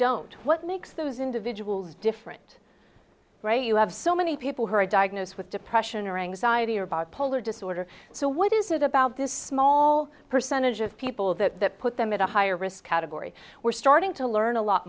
don't what makes those individuals different you have so many people who are diagnosed with depression or anxiety or bipolar disorder so what is it about this small percentage of people that put them at a higher risk category we're starting to learn a lot